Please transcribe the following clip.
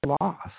lost